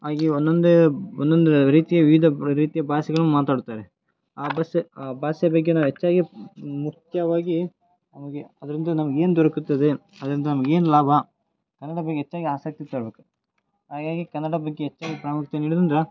ಹಾಗೆ ಒಂದೊಂದೇ ರೀತಿಯ ವಿವಿಧ ರೀತಿಯ ಭಾಷೆಗಳನ್ನು ಮಾತಾಡುತ್ತಾರೆ ಆ ಬಷೆ ಆ ಭಾಷೆ ಬಗ್ಗೆ ನಾ ಹೆಚ್ಚಾಗಿ ಮುಖ್ಯವಾಗಿ ಹಾಗೆ ಅದರಿಂದ ನಮ್ಗೆ ಏನು ದೊರಕುತ್ತದೆ ಅದರಿಂದ ನಮ್ಗೆ ಏನು ಲಾಭ ಕನ್ನಡ ಬಗ್ಗೆ ಹೆಚ್ಚಾಗಿ ಆಸಕ್ತಿ ತೋರ್ಬೇಕು ಹಾಗಾಗಿ ಕನ್ನಡ ಬಗ್ಗೆ ಹೆಚ್ಚಾಗಿ ಪ್ರಾಮುಕ್ಯತೆ ನೀಡೋದರಿಂದ